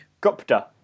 Gupta